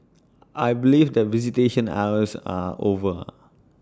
I believe that visitation hours are over